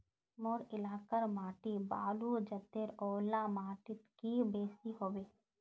मोर एलाकार माटी बालू जतेर ओ ला माटित की बेसी हबे?